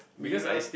mirror